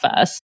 first